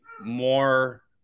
more